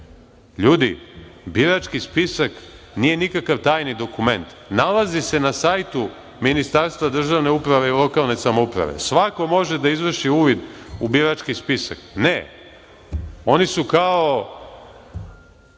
ljudi, birački spisak nije nikakav tajni dokument, nalazi se na sajtu Ministarstva državne uprave i lokalne samouprave. Svako može da izvrši uvid u birački spisak. Ne, oni su kao